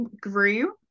grew